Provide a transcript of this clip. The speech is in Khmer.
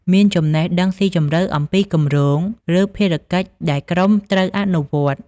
មានចំណេះដឹងស៊ីជម្រៅអំពីគម្រោង ឬភារកិច្ចដែលក្រុមត្រូវអនុវត្ត។